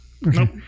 Nope